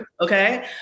Okay